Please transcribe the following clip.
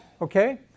okay